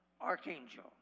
archangel